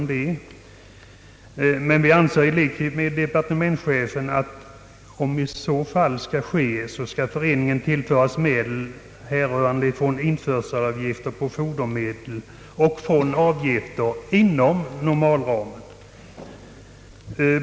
Vi anser dock i likhet med departementschefen att om en förstärkning skall lämnas, skall föreningen tillföras medel härrörande från införselavgifter på fodermedel eller avgifter inom normalramen.